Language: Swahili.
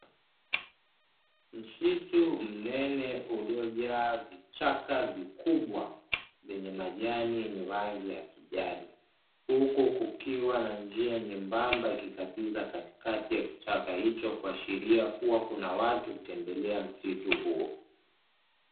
Msitu mnene uliojaa vichaka vikubwa vyenye majani yenye rangi ya kijani, huku kukiwa na njia nyembamba ikikatiza katikati ya kichaka hicho kuashiria kuwa kuna watu hutembelea msitu huo.